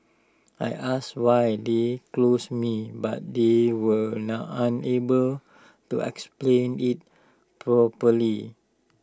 I asked why they close me but they were unable to explain IT properly